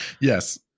Yes